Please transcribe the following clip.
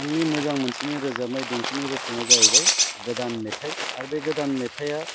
आंनि मोजां मोनसिननाय रोजाबनाय देंखोनि रोखोमा जाहैबाय गोदान मेथाइ आरो बे गोदान मेथाइआ